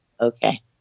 okay